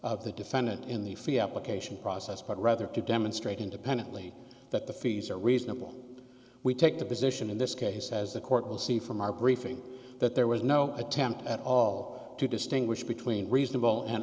of the defendant in the free application process but rather to demonstrate independently that the fees are reasonable we take the position in this case as the court will see from our briefing that there was no attempt at all to distinguish between reasonable and